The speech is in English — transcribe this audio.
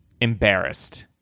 embarrassed